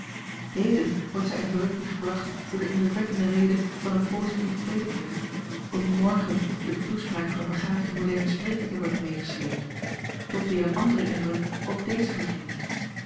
heden wordt zij in verrukking gebracht door de indrukwekkende rede van een positief prediker om morgen door de toespraak van een begaafden modernen spreker te worden meegesleept tot weer een andere indruk ook dezen verdringt